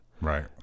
Right